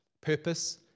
purpose